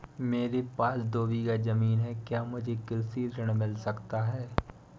मेरे पास दो बीघा ज़मीन है क्या मुझे कृषि ऋण मिल सकता है?